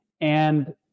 And-